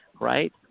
right